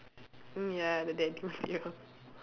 mm ya the daddy material